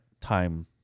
time